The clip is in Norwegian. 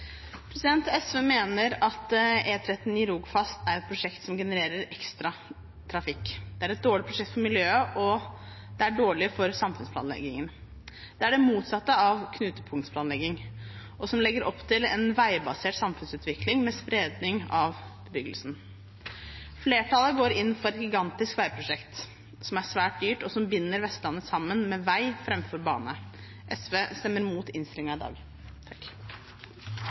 et prosjekt som genererer ekstra trafikk. Det er et dårlig prosjekt for miljøet, og det er dårlig for samfunnsplanleggingen. Det er det motsatte av knutepunktsplanlegging og legger opp til en veibasert samfunnsutvikling med spredning av bebyggelsen. Flertallet går inn for et gigantisk veiprosjekt som er svært dyrt, og som binder Vestlandet sammen med vei framfor bane. SV stemmer mot innstillingen i dag.